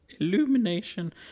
illumination